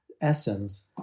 essence